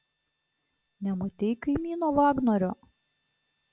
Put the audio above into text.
nematei kaimyno vagnorio